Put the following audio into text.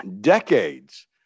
decades